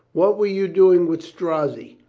what were you doing with strozzi?